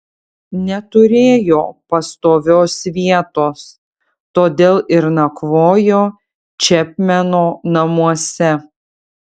neturėjo pastovios vietos todėl ir nakvojo čepmeno namuose